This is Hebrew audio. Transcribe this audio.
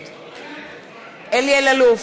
נגד אלי אלאלוף,